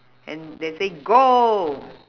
and they say goal